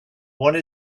one